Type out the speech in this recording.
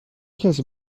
کسی